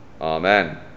Amen